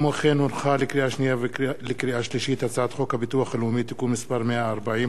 הצעת החוק הביטוח הלאומי (תיקון מס' 140),